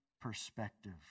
perspective